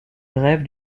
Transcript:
grève